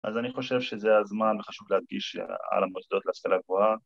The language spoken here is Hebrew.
‫אז אני חושב שזה הזמן וחשוב להדגיש ‫על המוסדות להשכלה גבוהה.